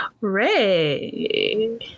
ray